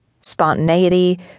Spontaneity